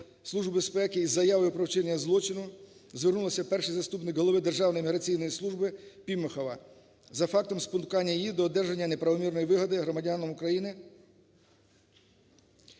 Служби безпеки із заявою про вчинення злочину звернувся перший заступник голови Державної міграційної служби Пімахова за фактом спонукання її до одержання неправомірної вигоди громадянином України